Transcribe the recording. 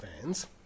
fans